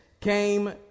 came